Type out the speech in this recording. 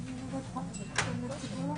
אני רוצה להוסיף כמה נקודות מאוד